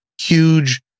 huge